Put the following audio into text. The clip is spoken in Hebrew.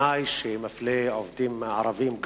תנאי שמפלה עובדים ערבים,